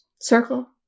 Circle